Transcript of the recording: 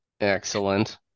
Excellent